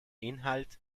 inhalt